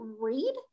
read